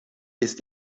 ist